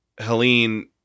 Helene